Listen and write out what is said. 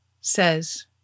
says